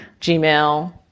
Gmail